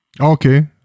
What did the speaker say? Okay